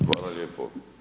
Hvala lijepo.